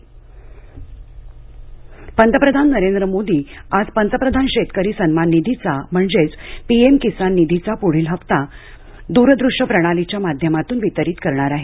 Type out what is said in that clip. किसान सन्मान निधी पंतप्रधान नरेंद्र मोदी आज पंतप्रधान शेतकरी सन्मान निधीचा म्हणजेच पीएम किसान निधीचा पुढील हप्ता दूरदृश्य प्रणालीच्या माध्यमातून वितरीत करणार आहेत